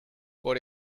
por